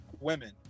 women